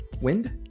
wind